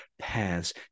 paths